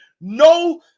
no